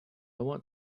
want